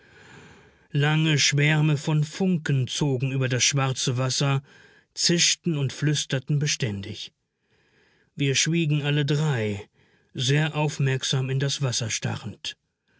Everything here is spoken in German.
lange schwärme von funken zogen über das schwarze wasser zischten und flüsterten beständig wir schwiegen alle drei sehr aufmerksam in das wasser starrend